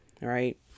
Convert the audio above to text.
right